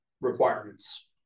requirements